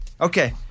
Okay